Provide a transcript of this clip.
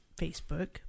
Facebook